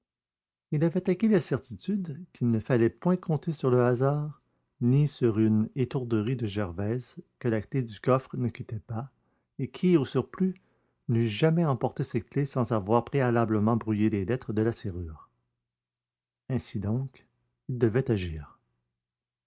il avait acquis la certitude qu'il ne fallait point compter sur le hasard ni sur une étourderie de gervaise que la clef du coffre ne quittait pas et qui au surplus n'eût jamais emporté cette clef sans avoir préalablement brouillé les lettres de la serrure ainsi donc il devait agir